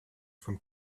from